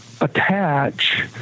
attach